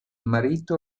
marito